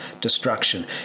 destruction